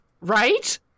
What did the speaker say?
Right